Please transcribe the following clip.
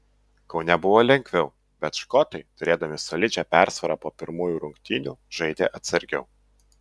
kaune buvo lengviau bet škotai turėdami solidžią persvarą po pirmųjų rungtynių žaidė atsargiau